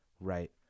right